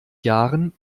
jahren